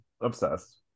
Obsessed